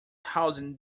housing